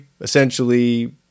essentially